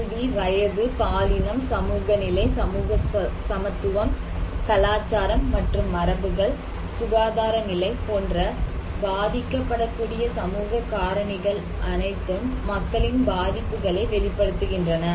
கல்வி வயது பாலினம் சமூக நிலை சமூக சமத்துவம் கலாச்சாரம் மற்றும் மரபுகள் சுகாதார நிலை போன்ற பாதிக்கப்படக்கூடிய சமூக காரணிகள் அனைத்து மக்களின் பாதிப்புகளை வெளிப்படுத்துகின்றன